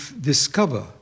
discover